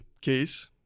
case